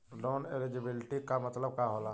Loan eligibility का मतलब का होला?